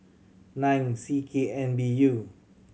nine C K N B U